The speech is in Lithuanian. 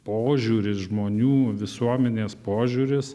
požiūris žmonių visuomenės požiūris